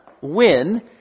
win